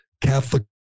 Catholic